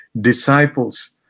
disciples